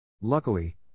Luckily